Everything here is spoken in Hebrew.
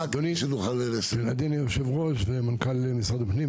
אדוני היושב-ראש ומנכ"ל משרד הפנים,